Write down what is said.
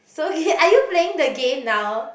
so okay are you playing the game now